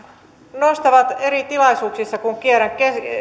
nostavat eri tilaisuuksissa kun kierrän